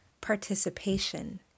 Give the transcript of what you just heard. participation